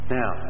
now